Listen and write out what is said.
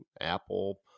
apple